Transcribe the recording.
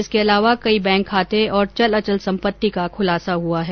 इसके अलावा कई बैंक खाते और चल अचल सम्पत्ति का खुलासा हुआ है